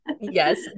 Yes